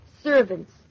servants